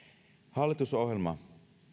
hallitusohjelma